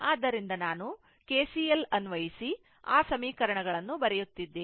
ಆದ್ದರಿಂದ ನಾನು KCL ಅನ್ವಯಿಸಿ ಆ ಸಮೀಕರಣಗಳನ್ನು ಬರೆಯುತ್ತಿದ್ದೇನೆ